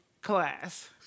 class